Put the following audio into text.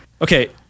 okay